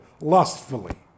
lustfully